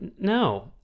No